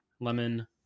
Lemon